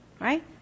right